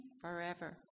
forever